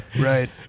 right